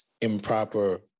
improper